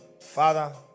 Father